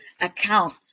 account